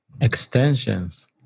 extensions